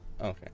okay